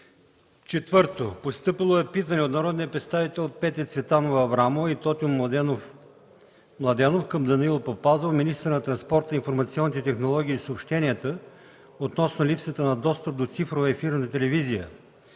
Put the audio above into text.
4. Постъпило е питане от народните представители Петя Цветанова Аврамова и Тотю Младенов Младенов към Данаил Папазов – министър на транспорта, информационните технологии и съобщенията, относно липсата на достъп до цифрова ефирна телевизия.